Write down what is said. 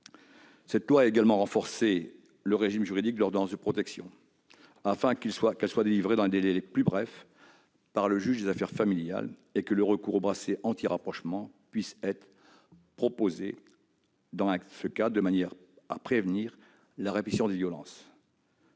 Cette loi a également renforcé le régime juridique de l'ordonnance de protection, afin que celle-ci soit délivrée dans les délais les plus brefs par le juge aux affaires familiales et que le recours au bracelet anti-rapprochement puisse être proposé dans ce cadre, de manière à prévenir la répétition des violences.